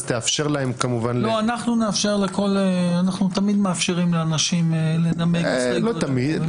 אז תאפשר להם כמובן -- אנחנו תמיד מאפשרים לאנשים לנמק -- לא תמיד...